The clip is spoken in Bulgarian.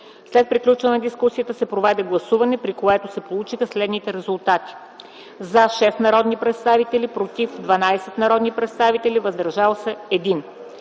След приключване на дискусията се проведе гласуване, при което се получиха следните резултати: „за” – 6 народни представители; „против”- 12 народни представители, и „въздържал се”